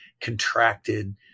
contracted